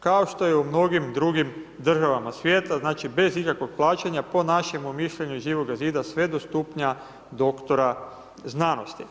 kao što je u mnogim drugim država svijeta, znači bez ikakvog plaćanja, po našemu mišljenju iz Živoga zida, sve dostupnija doktora znanosti.